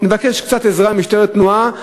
נבקש קצת עזרה ממשטרת התנועה,